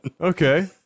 Okay